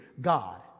God